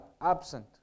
absent